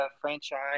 franchise